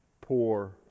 poor